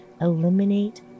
eliminate